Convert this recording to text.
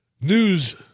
News